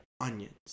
onions